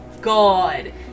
god